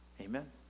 Amen